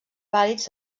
vàlids